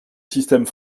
système